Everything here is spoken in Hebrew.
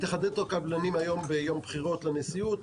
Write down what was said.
התאחדות הקבלנים היום ביום בחירות לנשיאות,